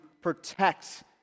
protect